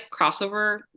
crossover